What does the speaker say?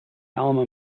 alma